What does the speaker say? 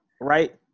right